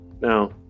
Now